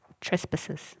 trespasses